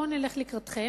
בואו נלך לקראתכם,